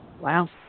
Wow